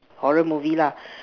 horror movie lah